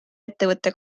ettevõtte